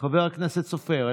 חבר הכנסת סופר,